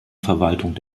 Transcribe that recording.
verwaltung